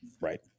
Right